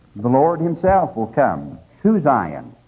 the lord himself will come to zion.